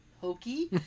hokey